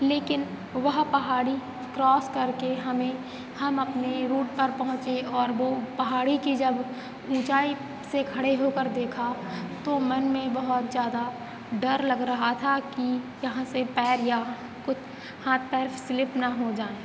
लेकिन वह पहाड़ी क्रॉस करके हमें हम अपने रूट पर पहुँचे और बो पहाड़ी की जब ऊँचाई से खड़े होकर देखा तो मन में बहुत ज़्यादा डर लग रहा था कि यहाँ से पैर या कुछ हाथ पैर स्लिप ना हो जाए